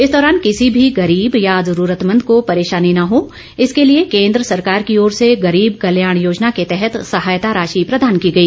इस दौरान किसी भी गरीब या जरूरतमंद को परेशानी न हो इसके लिए केन्द्र सरकार की ओर से गरीब कल्याण योजना के तहत सहायता राशि प्रदान की गई